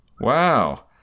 Wow